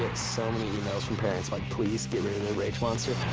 so many emails from parents like, please rage monster.